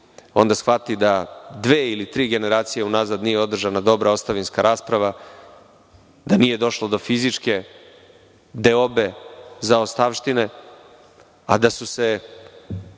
onda shvati da dve ili tri generacije u nazad nije održana dobra ostavinska rasprava, da nije došlo do fizičke deobe zaostavštine, a da su se